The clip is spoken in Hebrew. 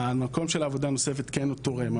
המקום של העבודה הנוספת כן תורם.